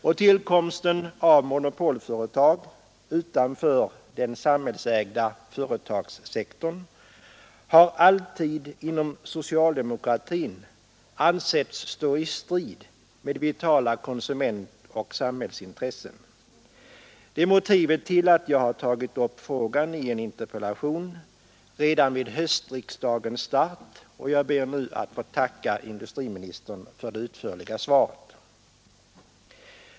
Uppkomsten av monopolföretag utanför den samhällsägda företagssektorn har alltid inom socialdemokratin ansetts stå i strid med vitala konsumentoch sam hällsintressen. Det är motivet till att jag tagit upp frågan i en interpellation redan vid höstriksdagens start, och jag ber nu att få tacka industriministern för det utförliga svaret.